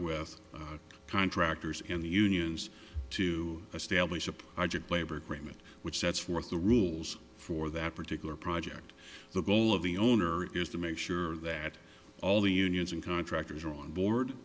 with contractors and the unions to establish a project labor agreement which sets forth the rules for that particular project the goal of the owner is to make sure that all the unions and contractors are on board